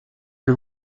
que